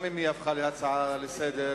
גם אם היא הפכה להצעה לסדר-היום,